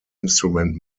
instrument